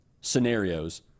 scenarios